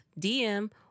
DM